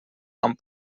amb